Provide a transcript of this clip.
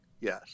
Yes